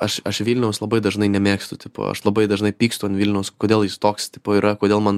aš aš vilniaus labai dažnai nemėgstu tipo aš labai dažnai pykstu ant vilniaus kodėl jis toks tipo yra kodėl man